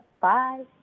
bye